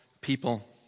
people